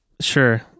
Sure